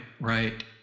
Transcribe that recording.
Right